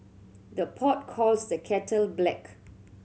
the pot calls the kettle black